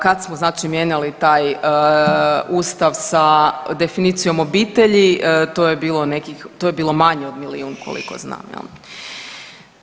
Kad smo znači mijenjali taj Ustav sa definicijom obitelji to je bilo nekih, to je bilo manje od milijun koliko znam jel.